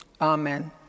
Amen